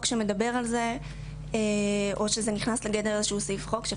שמדבר על זה או זה נכנס בגדר סעיף חוק.